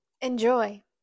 Enjoy